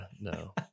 no